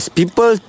people